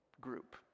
group